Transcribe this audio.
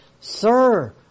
Sir